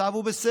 שהמצב הוא בסדר.